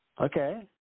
Okay